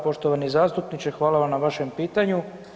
Poštovani zastupniče hvala vam na vašem pitanju.